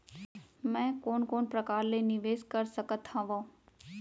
मैं कोन कोन प्रकार ले निवेश कर सकत हओं?